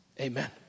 amen